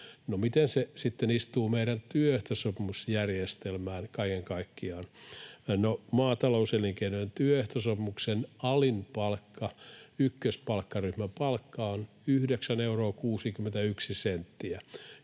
miten se sitten istuu meidän työehtosopimusjärjestelmään kaiken kaikkiaan: Maatalouselinkeinojen työehtosopimuksen alin palkka, ykköspalkkaryhmän palkka, on 9 euroa